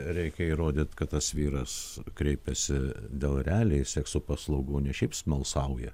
reikia įrodyt kad tas vyras kreipėsi dėl realiai sekso paslaugų ne šiaip smalsauja